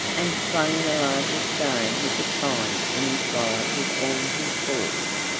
and flung the largest stone he could find in his wallet with all his force,